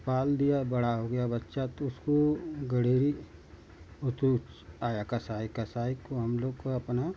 तो पाल दिया बड़ा हो गया बच्चा तो उसको गडरी वह तो आया कसाई कसाई को हम लोग को अपना